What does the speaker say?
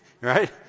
Right